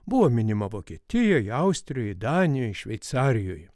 buvo minima vokietijoj austrijoj danijoj šveicarijoj